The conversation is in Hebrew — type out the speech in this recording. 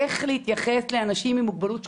איך להתייחס לאנשים עם מוגבלות שקופה.